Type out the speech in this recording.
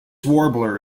warbler